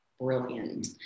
brilliant